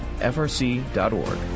frc.org